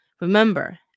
Remember